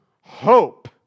hope